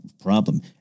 problem